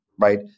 right